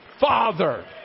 Father